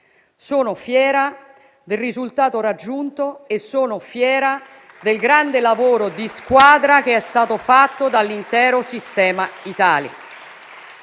Sono fiera del risultato raggiunto e sono fiera del grande lavoro di squadra che è stato fatto dall'intero sistema Italia.